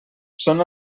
són